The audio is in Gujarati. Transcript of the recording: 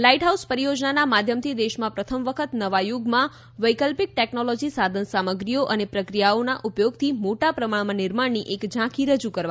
લાઉટ હાઉસ પરિયોજનાના માધ્યમથી દેશમાં પ્રથમ વખત નવા યુગમાં વૈકલ્પિક ટેક્નોલોજી સાધન સામગ્રીઓ અને પ્રક્રિયાઓના ઉપયોગથી મોટા પ્રમાણમાં નિર્માણની એક ઝાંખી રજૂ કરવામાં આવશે